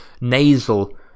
nasal